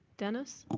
dennis?